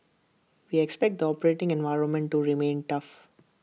we expect the operating environment to remain tough